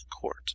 court